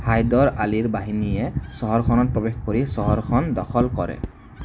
হায়দৰ আলীৰ বাহিনীয়ে চহৰখনত প্ৰৱেশ কৰি চহৰখন দখল কৰে